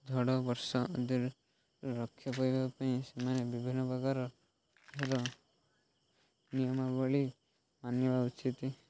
ଝଡ଼ ବର୍ଷା ଦାଉରୁ ରକ୍ଷା ପାଇବା ପାଇଁ ସେମାନେ ବିଭିନ୍ନପ୍ରକାର ଭଲ ନିୟମାବଳୀ ମାନିବା ଉଚିତ୍